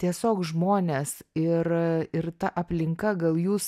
tiesiog žmonės ir ir ta aplinka gal jūs